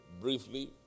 briefly